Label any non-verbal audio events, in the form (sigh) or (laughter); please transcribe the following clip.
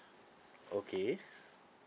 (breath) okay